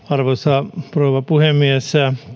arvoisa rouva puhemies